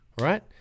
Right